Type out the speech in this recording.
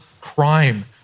crime